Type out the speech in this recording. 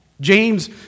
James